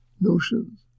notions